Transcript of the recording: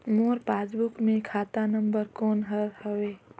मोर passbook मे खाता number कोन हर हवे?